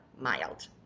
mild